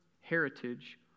heritage